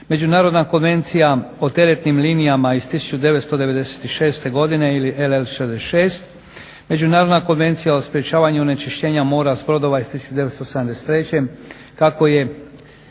Međunarodna konvencija o teretnim linijama iz 1996.godine ili LL 66, Međunarodna konvencija o sprečavanju onečišćenja mora s brodova iz 1973. kako je